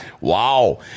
Wow